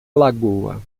lagoa